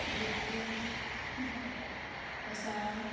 U P Assam